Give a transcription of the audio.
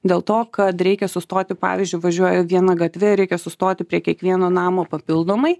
dėl to kad reikia sustoti pavyzdžiui važiuoju viena gatve reikia sustoti prie kiekvieno namo papildomai